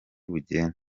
bugende